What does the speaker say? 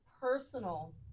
personal